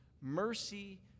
mercy